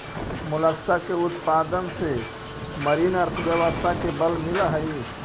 Mollusca के उत्पादन से मरीन अर्थव्यवस्था के बल मिलऽ हई